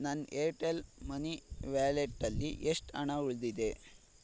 ನನ್ನ Airtel money ವ್ಯಾಲೆಟ್ಟಲ್ಲಿ ಎಷ್ಟು ಹಣ ಉಳಿದಿದೆ